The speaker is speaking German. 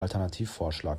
alternativvorschlag